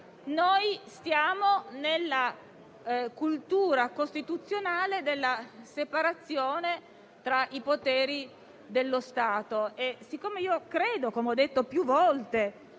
stiamo nella cultura costituzionale della separazione tra i poteri dello Stato. Poiché credo - come ho detto più volte